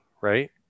right